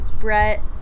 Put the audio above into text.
Brett